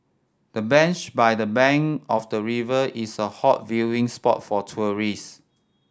the bench by the bank of the river is a hot viewing spot for tourist